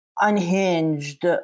unhinged